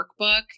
workbook